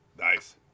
Nice